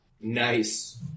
Nice